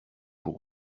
pour